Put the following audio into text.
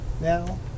now